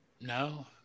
No